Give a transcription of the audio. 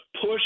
push